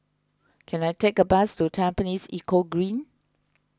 can I take a bus to Tampines Eco Green